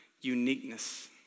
uniqueness